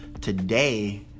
Today